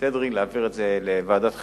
אדרי להעביר את הנושא לוועדת החינוך.